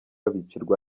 bicirwa